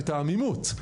את העמימות,